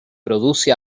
produce